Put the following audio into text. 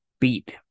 beat